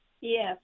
Yes